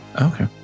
okay